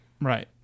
Right